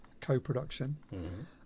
co-production